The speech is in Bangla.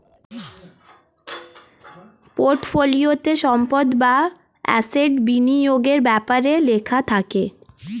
পোর্টফোলিওতে সম্পদ বা অ্যাসেট বিনিয়োগের ব্যাপারে লেখা থাকে